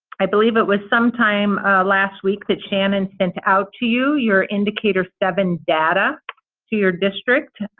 i believe it was sometime last week that shannon sent out to you your indicator seven data to your district.